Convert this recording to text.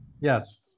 Yes